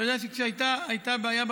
אתה יודע שכשהייתה בעיה,